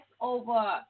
over